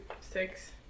Six